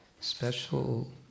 special